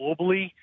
globally